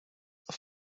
are